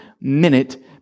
minute